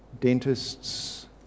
dentists